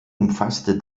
umfasste